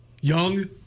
Young